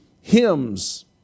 hymns